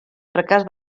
fracàs